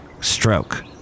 stroke